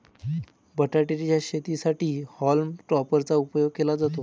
बटाटे च्या शेतीसाठी हॉल्म टॉपर चा उपयोग केला जातो